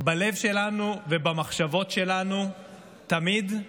בלב שלנו ובמחשבות שלנו תמיד.